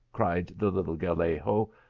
cried the little gallego,